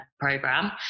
program